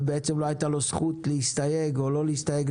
ולא היתה לו זכות להסתייג או לא להסתייג